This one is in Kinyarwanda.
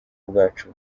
bwacu